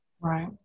Right